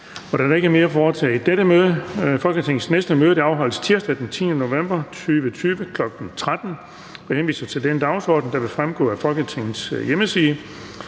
Der er ikke mere at foretage i dette møde. Folketingets næste møde afholdes tirsdag den 10. november 2020, kl. 13.00. Jeg henviser til den dagsorden, der vil fremgå af Folketingets hjemmeside.